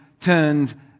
turned